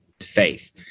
faith